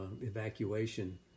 evacuation